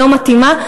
לא מתאימה.